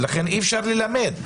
ולכן אי-אפשר ללמד,